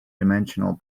dimensional